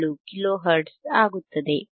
477 kilo hertz ಆಗುತ್ತದೆ